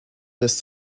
this